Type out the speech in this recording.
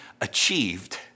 achieved